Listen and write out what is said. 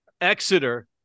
Exeter